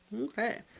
Okay